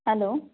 hello